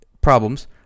problems